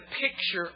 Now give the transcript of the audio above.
picture